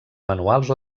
manuals